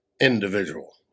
individual